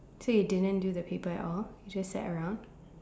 so you didn't do the paper at all you just sat around